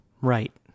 Right